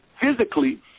physically